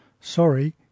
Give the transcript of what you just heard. Sorry